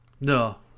No